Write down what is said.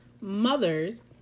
mother's